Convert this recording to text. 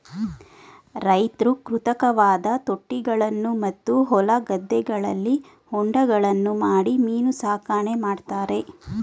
ರೈತ್ರು ಕೃತಕವಾದ ತೊಟ್ಟಿಗಳನ್ನು ಮತ್ತು ಹೊಲ ಗದ್ದೆಗಳಲ್ಲಿ ಹೊಂಡಗಳನ್ನು ಮಾಡಿ ಮೀನು ಸಾಕಣೆ ಮಾಡ್ತರೆ